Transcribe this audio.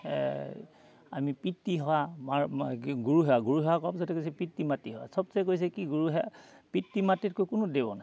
আমি পিতৃ সেৱা মাৰ গুৰু সেৱা গৰু সেৱা কৰা পিছতে কৈছে পিতৃ মাতৃ সেৱা চবচে কৈছে কি গুৰু সেৱা পিতৃ মাটিতকৈ কোনো দেও নাই